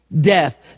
death